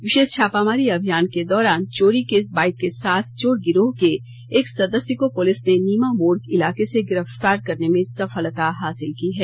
विशेष छापामारी अभियान के दौरान चोरी के बाइक के साथ चोर गिरोह के एक सदस्य को पुलिस ने नीमा मोड इलाके से गिरफ्तार करने में सफलता हासिल की है